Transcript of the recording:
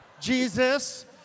Jesus